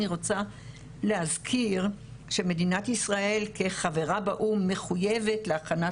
אני רוצה להזכיר שמדינת ישראל כחברה באו"ם מחויבת להכנת